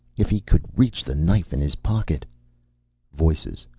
if he could reach the knife in his pocket voices.